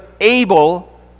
able